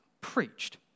preached